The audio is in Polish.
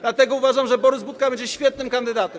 Dlatego uważam, że Borys Budka będzie świetnym kandydatem.